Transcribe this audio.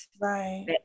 Right